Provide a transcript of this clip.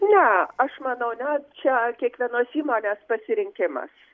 ne aš manau ne čia kiekvienos įmonės pasirinkimas